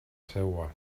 seua